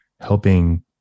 helping